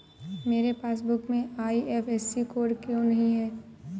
मेरे पासबुक में IFSC code क्यो नहीं है?